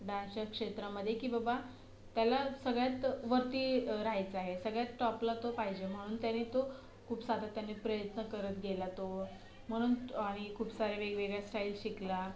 डान्सच्या क्षेत्रामध्ये की बाबा त्याला सगळ्यात वरती रहायचं आहे सगळ्यात टॉपला तो पाहिजे म्हणून त्याने तो खूप सातत्याने प्रयत्न करत गेला तो म्हणून आणि खूप सारे वेगवेगळ्या स्टाईल्स शिकला